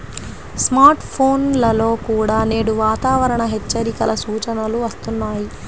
smart ఫోన్లలో కూడా నేడు వాతావరణ హెచ్చరికల సూచనలు వస్తున్నాయి